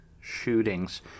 shootings